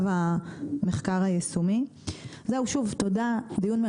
שוב תודה, דיון מרתק כמו תמיד, מלמד מאוד.